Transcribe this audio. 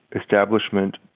establishment